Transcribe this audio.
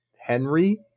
Henry